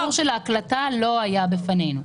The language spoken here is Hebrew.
הסיפור של ההקלטה לא היה בפנינו.